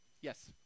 yes